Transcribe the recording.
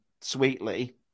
sweetly